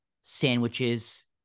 sandwiches